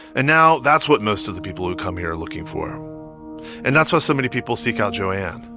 and now that's what most of the people who come here are looking for and that's why so many people seek out joanne.